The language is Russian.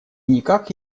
никак